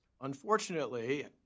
Unfortunately